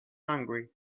hungry